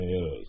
yes